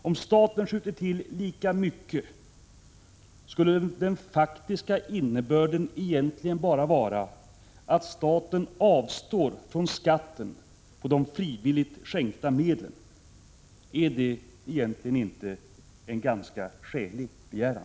Om staten skjuter till lika mycket, skulle den faktiska innebörden vara att staten avstår från skatten på de frivilligt skänkta medlen. Är det egentligen inte en ganska skälig begäran?